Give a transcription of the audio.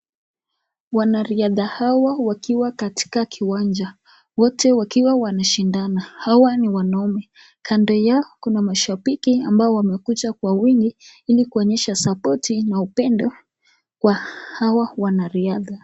Wanariadha hawa wakiwa katika kiwanja ,wote wakiwa wanashindana hawa ni wanaume ,kando yao kuna mashabiki ambao wamekuja kwa wingi ili kuonyesha sapoti na upendo kwa hawa wanariadha.